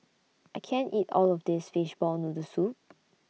I can't eat All of This Fishball Noodle Soup